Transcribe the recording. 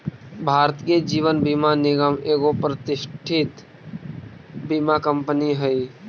भारतीय जीवन बीमा निगम एगो प्रतिष्ठित बीमा कंपनी हई